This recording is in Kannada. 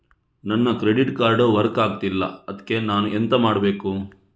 ನನ್ನ ಕ್ರೆಡಿಟ್ ಕಾರ್ಡ್ ವರ್ಕ್ ಆಗ್ತಿಲ್ಲ ಅದ್ಕೆ ನಾನು ಎಂತ ಮಾಡಬೇಕು?